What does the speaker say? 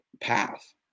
path